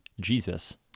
Jesus